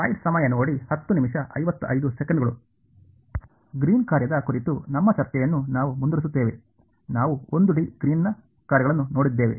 ಗ್ರೀನ್ನ ಕಾರ್ಯದ ಕುರಿತು ನಮ್ಮ ಚರ್ಚೆಯನ್ನು ನಾವು ಮುಂದುವರಿಸುತ್ತೇವೆ ನಾವು 1 ಡಿ ಗ್ರೀನ್ನ ಕಾರ್ಯಗಳನ್ನು ನೋಡಿದ್ದೇವೆ